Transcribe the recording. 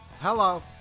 Hello